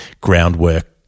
groundwork